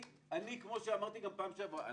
כפי שאמרתי בפעם שעברה-